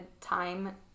time